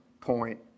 point